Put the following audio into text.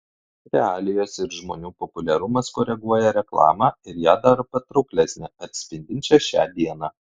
realijos ir žmonių populiarumas koreguoja reklamą ir ją daro patrauklesnę atspindinčią šią dieną